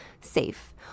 safe